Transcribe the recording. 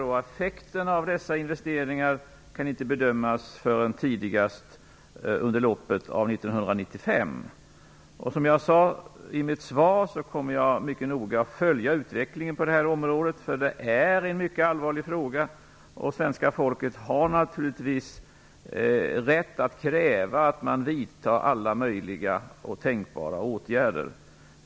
Effekterna av dessa investeringar kan inte bedömas förrän tidigast under loppet av 1995. Som jag sade i mitt svar kommer jag att mycket noga följa utvecklingen på området. Det är en mycket allvarlig fråga. Svenska folket har naturligtvis rätt att kräva att man vidtar alla möjliga och tänkbara åtgärder.